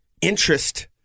interest